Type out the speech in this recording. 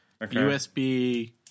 USB